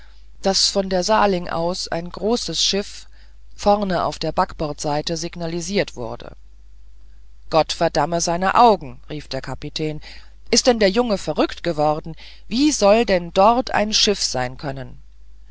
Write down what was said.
daß von der saling aus ein großes schiff vorne auf der backbordseite signalisiert wurde gott verdamme seine augen rief der kapitän ist denn der junge verrückt geworden wie sollte denn dort ein schiff sein können